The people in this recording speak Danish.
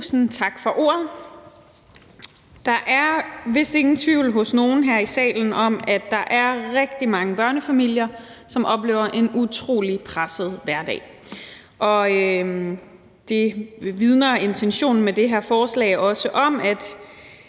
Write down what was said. Tusind tak for ordet. Der er vist ingen tvivl hos nogen her i salen om, at der er rigtig mange børnefamilier, som oplever en utrolig presset hverdag. Og intentionen med det her forslag er også at